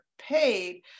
paid